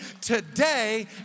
today